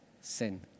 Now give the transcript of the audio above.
sin